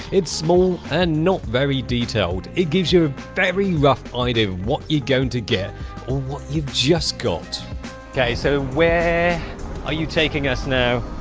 it's small and not very detailed it gives you a very rough idea of what you're going to get you've just got okay. so, where are you taking us now?